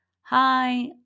hi